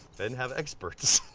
then have experts.